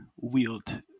wield